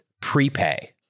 prepay